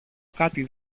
κάτι